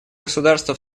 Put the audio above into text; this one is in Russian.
государства